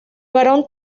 barón